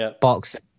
box